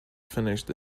finished